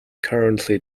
currently